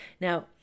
Now